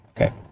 Okay